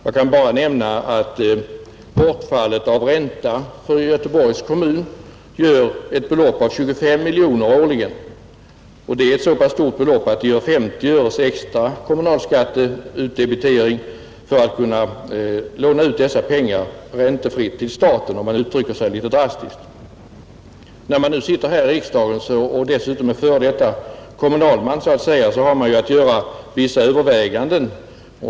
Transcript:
Jag kan bara nämna att bortfallet av ränta för Göteborgs kommun utgör ungefär 25 miljoner kronor årligen. Det är ett så pass stort belopp att det behövs 50 öre i extra kommunalskatteutdebitering för att staden skall kunna låna ut dessa pengar räntefritt till staten, för att uttrycka sig litet drastiskt. När man sitter i riksdagen och dessutom är före detta kommunalman så att säga, har man att göra vissa avväganden.